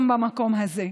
גם במקום הזה.